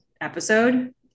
episode